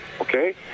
okay